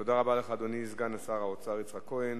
תודה רבה לך, אדוני סגן שר האוצר יצחק כהן.